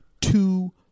Two